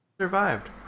survived